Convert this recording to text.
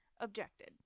objected